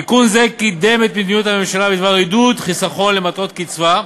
תיקון זה קידם את מדיניות הממשלה בדבר עידוד חיסכון למטרות קצבה,